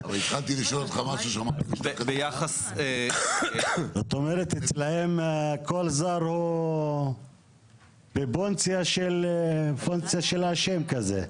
זאת אומרת אצלם כל זר הוא בפוטנציה של אשם כזה?